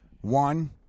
One